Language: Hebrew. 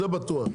זה בטוח.